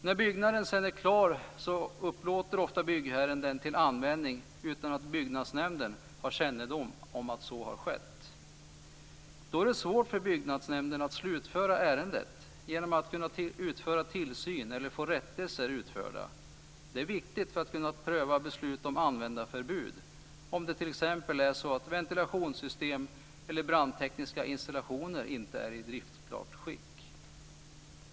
När byggnaden sedan är klar upplåter ofta byggherren den till användning utan att byggnadsnämnden har kännedom om att så har skett. Då är det svårt för byggnadsnämnden att slutföra ärendet genom att kunna utföra tillsyn eller få rättelser utförda. Det är viktigt för att kunna pröva beslut om användarförbud om det t.ex. är så att ventilationssystem eller brandtekniska installationer inte är i driftklart skick.